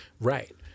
Right